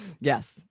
Yes